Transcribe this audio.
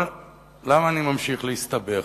אבל למה אני ממשיך להסתבך?